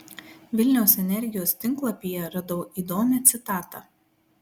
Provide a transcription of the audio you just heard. vilniaus energijos tinklapyje radau įdomią citatą